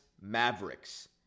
Mavericks